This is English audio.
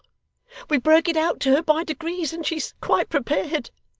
we broke it out to her by degrees, and she is quite prepared